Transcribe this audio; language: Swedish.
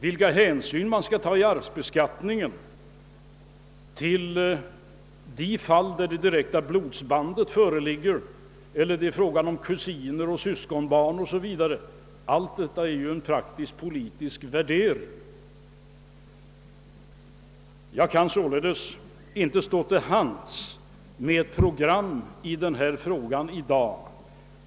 Vilka hänsyn man skall ta i arvsbeskattningen i de fall där det föreligger ett direkt blodsband och i de fall där det är fråga om kusiner, syskon 0. s. v., allt detta är en fråga om praktiskt politiska värderingar. Jag kan således inte stå till tjänst med ett program i denna fråga i dag.